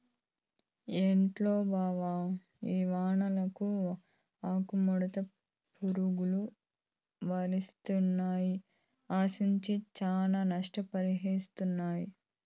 ఏందో బావ ఈ వానలకు ఆకుముడత పురుగు వరిసేన్ని ఆశించి శానా నష్టపర్సినాది